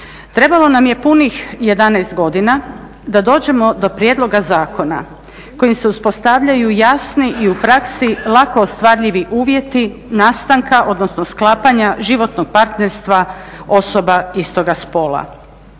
Trebalo nam je punih 11 godina da dođemo do prijedloga zakona kojim se uspostavljaju jasni i u praksi jasno ostvarljivi uvjeti nastanka, odnosno sklapanja životnog partnerstva osoba istoga spola.